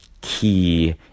key